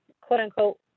quote-unquote